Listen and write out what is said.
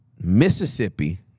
Mississippi